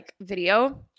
video